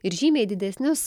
ir žymiai didesnius